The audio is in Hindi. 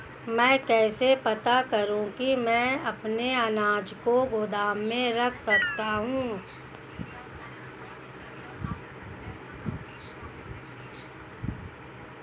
मैं कैसे पता करूँ कि मैं अपने अनाज को गोदाम में रख सकता हूँ?